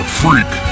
freak